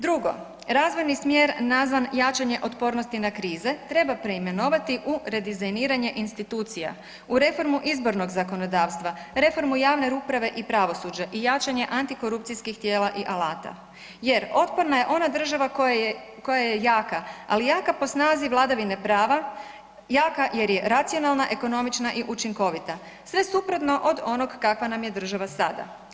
Drugo, razvojni smjer nazvan „jačanje otpornosti na krize“ treba preimenovati u redizajniranje institucija, u reformu izbornog zakonodavstva, reformu javne uprave i pravosuđa i jačanje antikorupcijskih tijela i alata jer otporna je ona država koja je, koja je jaka, ali jaka po snazi vladavine prava, jaka jer je racionalna, ekonomična i učinkovita, sve suprotno od onog kakva nam je država sada.